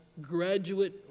Graduate